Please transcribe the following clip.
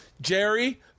Jerry